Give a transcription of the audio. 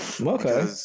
okay